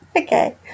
Okay